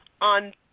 on